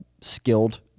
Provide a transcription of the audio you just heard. skilled